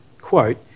quote